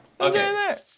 Okay